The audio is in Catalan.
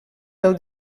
del